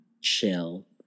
chill